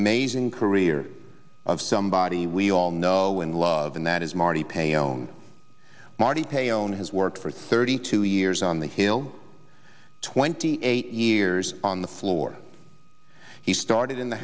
amazing career of somebody we all know and love and that is marty paon marty paon has worked for thirty two years on the hill twenty eight years on the floor he started in the